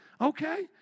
Okay